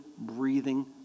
breathing